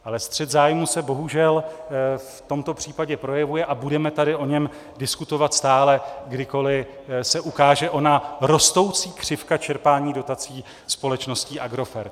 Ale střet zájmů se bohužel v tomto případě projevuje a budeme tady o něm diskutovat stále, kdykoliv se ukáže ona rostoucí křivka čerpání dotací společností Agrofert.